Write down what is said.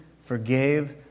forgave